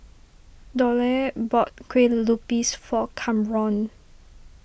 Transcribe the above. Dollye bought Kueh Lupis for Kamron